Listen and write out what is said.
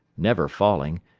never falling,